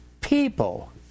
people